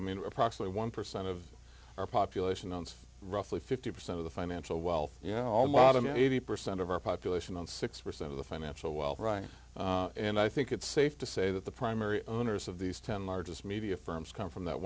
i mean approx one percent of our population owns roughly fifty percent of the financial wealth you know modern eighty percent of our population and six percent of the financial wealth right and i think it's safe to say that the primary owners of these ten largest media firms come from that